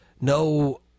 No